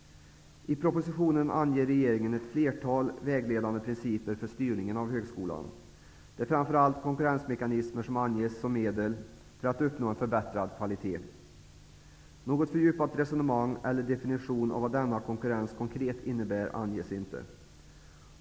I propositionen anger regeringen ett flertal vägledande principer för styrningen av högskolan. Det är framför allt konkurrensmekanismer som anges som medel för att uppnå en förbättrad kvalitet. Något fördjupat resonemang eller någon definition av vad denna konkurrens konkret innebär anges inte.